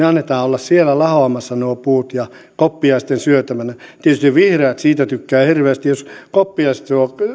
annetaan olla siellä lahoamassa ja koppiaisten syötävinä tietysti vihreät siitä tykkäävät hirveästi jos koppiaiset